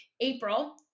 April